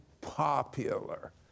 popular